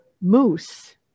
moose